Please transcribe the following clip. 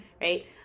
right